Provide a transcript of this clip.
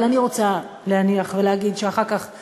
אבל אני רוצה להניח ולהגיד שאחר כך,